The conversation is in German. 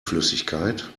flüssigkeit